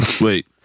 Wait